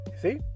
See